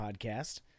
Podcast